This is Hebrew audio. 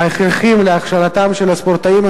יש לי הערכה רבה אליך וגם ליכולת האינטלקטואלית שלך.